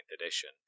Edition